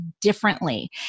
differently